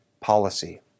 policy